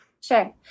Sure